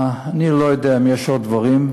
אני לא יודע אם יש עוד דברים,